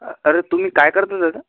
अरे तुम्ही काय करता दादा